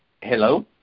Hello